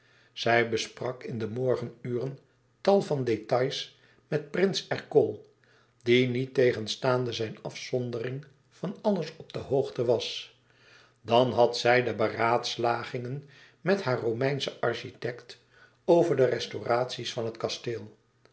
zij besprak in de morgenuren tal van détails met prins ercole die niettegenstaande zijne afzondering van alles op de hoogte was dan had zij de beraadslagingen met haar romeinschen architect over de restauraties van het kasteel